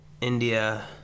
India